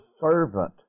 servant